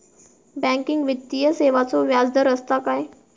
Banking वित्तीय सेवाचो व्याजदर असता काय?